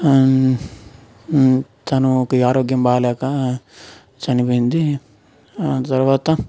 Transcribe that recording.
తను ఒక ఆరోగ్యం బాగాలేక చనిపోయింది ఆ తర్వాత